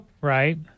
right